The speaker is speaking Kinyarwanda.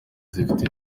zifite